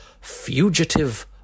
Fugitive